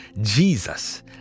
Jesus